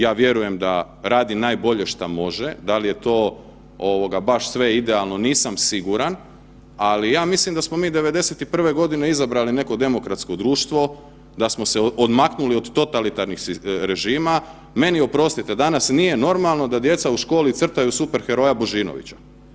Ja vjerujem da radi najbolje šta može, da li je to ovoga baš sve idealno, nisam siguran, ali ja mislim da smo mi '91. godine izabrali neko demokratsko društvo, da smo se odmaknuli od totalitarnih režima, meni oprostite danas nije normalno da djeca u školi crtaju super heroja Božinovića.